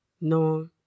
No